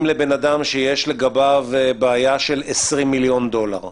לאדם שיש לגביו בעיה של 20 מיליון דולר.